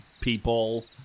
people